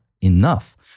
enough